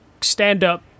stand-up